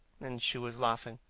and she was laughing.